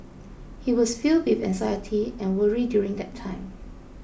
he was filled with anxiety and worry during that time